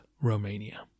Romania